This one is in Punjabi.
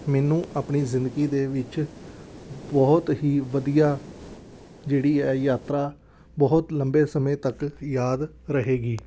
ਮੈਨੂੰ ਆਪਣੀ ਜ਼ਿੰਦਗੀ ਦੇ ਵਿੱਚ ਬਹੁਤ ਹੀ ਵਧੀਆ ਜਿਹੜੀ ਇਹ ਯਾਤਰਾ ਬਹੁਤ ਲੰਬੇ ਸਮੇਂ ਤੱਕ ਯਾਦ ਰਹੇਗੀ